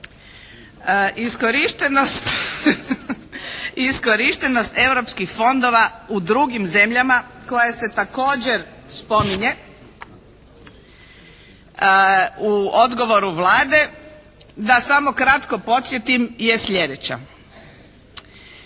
Iskorištenost europskih fondova u drugim zemljama koja se također spominje u odgovoru Vlade, da samo kratko podsjetim je sljedeća.